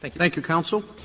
thank thank you, counsel.